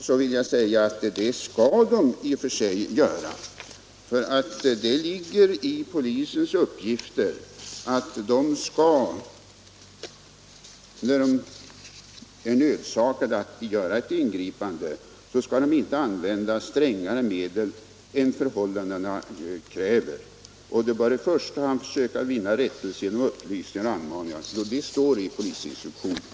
Där vill jag säga att det skall polisen i och för sig göra, för det ligger i polisens uppgifter att när man är nödsakad att göra ett ingripande inte använda strängare medel än förhållandena kräver. Polisen bör i första hand försöka vinna rättelse genom upplysningar och anmaningar — det står i polisinstruktionen.